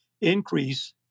increase